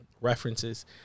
references